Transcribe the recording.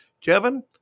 Kevin